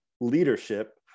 leadership